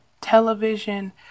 Television